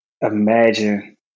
imagine